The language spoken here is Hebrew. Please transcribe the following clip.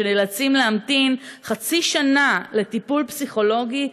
שנאלצים להמתין חצי שנה לטיפול פסיכולוגי,